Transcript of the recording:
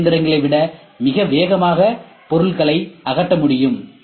M இயந்திரங்களை விட மிக வேகமாக பொருட்களை அகற்ற முடியும்